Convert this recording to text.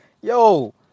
yo